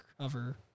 cover